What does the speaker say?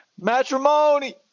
Matrimony